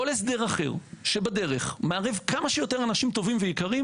כל הסדר אחר שבדרך מערב כמה שיותר אנשים טובים ויקרים,